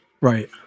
Right